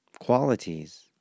qualities